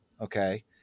okay